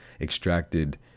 extracted